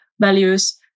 values